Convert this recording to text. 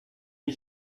mir